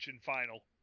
final